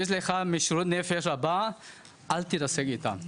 יש לך מסירות נפש, אל תתעסק איתם".